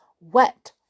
wet